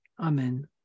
Amen